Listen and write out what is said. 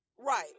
right